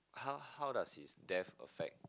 how how does his death affect